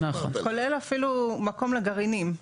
כולל אפילו מקום לגרעינים.